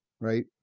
right